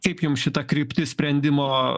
kaip jums šita kryptis sprendimo